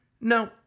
No